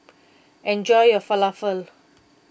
enjoy your Falafel